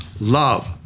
love